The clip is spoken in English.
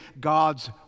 God's